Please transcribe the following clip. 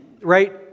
right